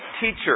Teacher